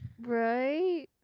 Right